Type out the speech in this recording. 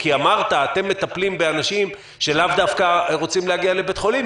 כי אמרת שאתם מטפלים באנשים שלאו דווקא רוצים להגיע לבית חולים.